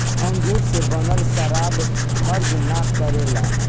अंगूर से बनल शराब हर्जा ना करेला